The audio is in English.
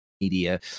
media